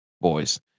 boys